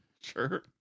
Sure